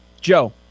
joe